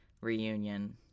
reunion